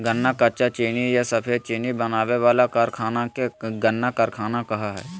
गन्ना कच्चा चीनी या सफेद चीनी बनावे वाला कारखाना के गन्ना कारखाना कहो हइ